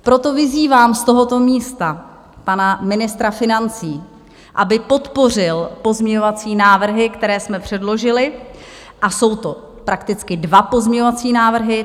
Proto vyzývám z tohoto místa pana ministra financí, aby podpořil pozměňovací návrhy, které jsme předložili, a jsou to prakticky dva pozměňovací návrhy.